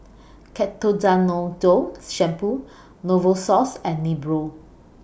Ketoconazole Shampoo Novosource and Nepro